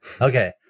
Okay